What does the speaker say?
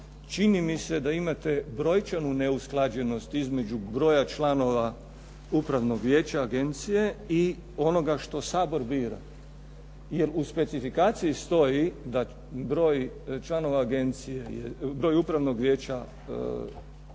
čini mi se da imate brojčanu neusklađenost između broja članova upravnog vijeća agencije i onoga što Sabor bira. Jer u specifikaciji stoji da broj članova agencije,